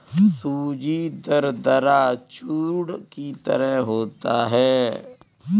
सूजी दरदरा चूर्ण की तरह होता है